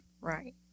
Right